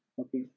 okay